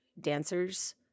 dancers